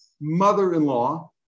mother-in-law